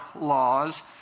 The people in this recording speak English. laws